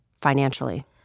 financially